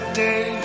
day